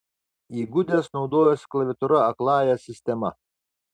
įgudęs naudojasi klaviatūra akląja sistema